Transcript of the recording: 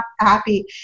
happy